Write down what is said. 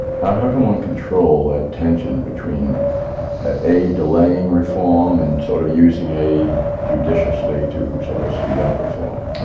how how can one control that tension between a delaying reform and sort of using aid judiciously to so to speed up reform?